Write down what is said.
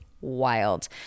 wild